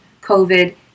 COVID